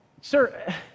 sir